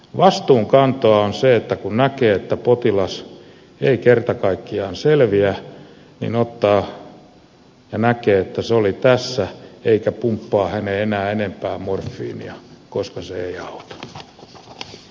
vastuunkantoa on se että kun näkee että potilas ei kerta kaikkiaan selviä niin ottaa ja näkee että se oli tässä eikä pumppaa häneen enää enempää morfiinia koska se ei auta